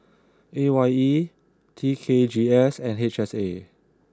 A Y E T K G S and H S A